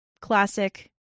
classic